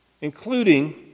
including